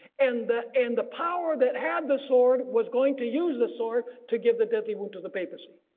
and the and the power that had the sword was going to use the sword to give the deathly wound to the papacy.